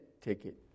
ticket